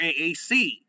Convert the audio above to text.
AAC